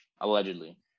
allegedly